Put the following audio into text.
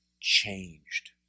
changed